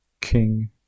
King